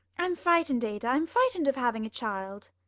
i'm frightened, ada. i'm frightened of having a child.